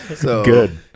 Good